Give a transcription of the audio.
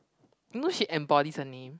you know she embodies her name